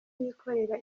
bikorera